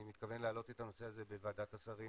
אני מתכוון להעלות את הנושא הזה בוועדת השרים